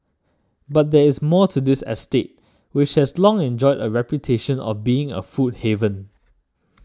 but there is more to this estate which has long enjoyed a reputation of being a food haven